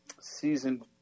season